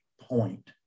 point